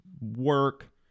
work